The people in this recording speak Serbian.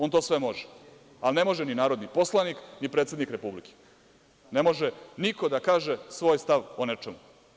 On to sve može, ali ne može ni narodni poslanik ni predsednik republike, ne može niko da kaže svoj stav o nečemu.